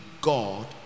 God